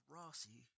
Rossi